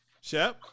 Shep